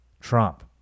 Trump